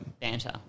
banter